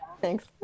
Thanks